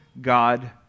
God